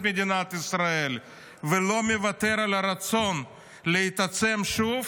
מדינת ישראל ולא מוותר על הרצון להתעצם שוב,